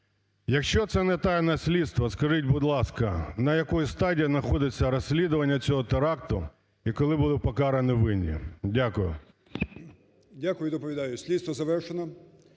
Якщо це не таємниця слідства, скажіть, будь ласка, на якій стадії знаходиться розслідування цього теракту і коли будуть покарані винні. Дякую. 14:04:53 ЛУЦЕНКО Ю.В. Дякую і доповідаю. Слідство завершено.